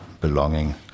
belonging